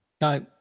No